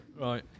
Right